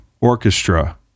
Orchestra